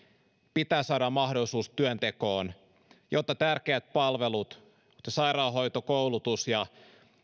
pitää saada mahdollisuus työntekoon jotta tärkeät palvelut kuten sairaanhoito koulutus ja